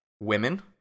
women